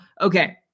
Okay